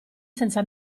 senza